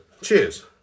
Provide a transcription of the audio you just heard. Cheers